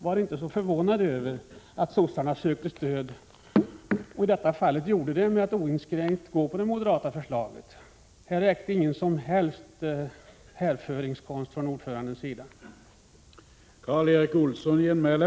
Var inte så förvånad över att socialdemokraterna sökte stöd och i detta fall gjorde det genom att oinskränkt gå med på det moderata förslaget. Här räckte inte någon som helst härförarkonst från ordförandens sida.